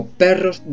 perros